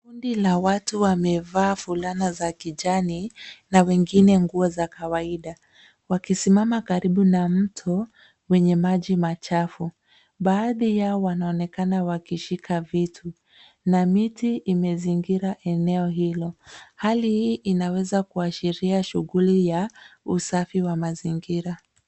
Kundi la watu wamevaa fulana za kijani na wengine nguo za kawaida. Wakisimama karibu na mto wenye maji machafu. Baadhi yao wanaonekana wakishika vitu na miti imezingira eneo hilo. Hali hii inaweza kuashiria shughuli ya usafi wa mazingira.